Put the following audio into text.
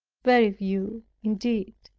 very few, indeed,